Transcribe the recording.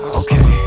okay